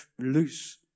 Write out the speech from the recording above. loose